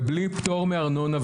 ובלי פטור מארנונה,